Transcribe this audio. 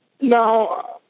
No